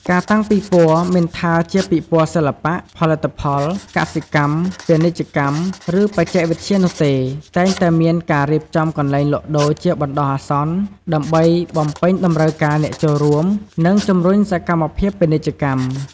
ការតាំងពិព័រណ៍ មិនថាជាពិព័រណ៍សិល្បៈ ផលិតផល កសិកម្ម ពាណិជ្ជកម្ម ឬបច្ចេកវិទ្យានោះទេ តែងតែមានការរៀបចំកន្លែងលក់ដូរជាបណ្ដោះអាសន្ន ដើម្បីបំពេញតម្រូវការអ្នកចូលរួម និងជំរុញសកម្មភាពពាណិជ្ជកម្ម។